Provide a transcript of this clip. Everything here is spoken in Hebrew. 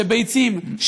ביצים,